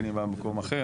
בין אם היא באה ממקום אחר,